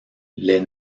les